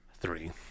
Three